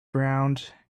ground